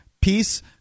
peace